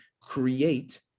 create